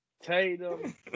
Tatum